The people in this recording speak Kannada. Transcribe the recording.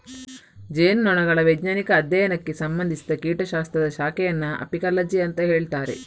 ಜೇನುನೊಣಗಳ ವೈಜ್ಞಾನಿಕ ಅಧ್ಯಯನಕ್ಕೆ ಸಂಬಂಧಿಸಿದ ಕೀಟ ಶಾಸ್ತ್ರದ ಶಾಖೆಯನ್ನ ಅಪಿಕಾಲಜಿ ಅಂತ ಹೇಳ್ತಾರೆ